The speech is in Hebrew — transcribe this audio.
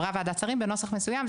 עברה ועדת שרים בנוסח מסוים,